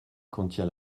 contient